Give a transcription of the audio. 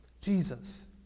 Jesus